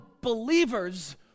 believers